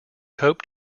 hoped